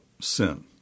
sin